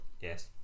yes